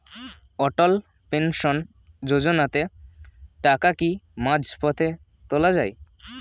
অটল pension যোজনাতে টাকা কি মাঝপথে তোলা যায়?